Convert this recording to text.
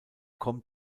kommt